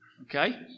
Okay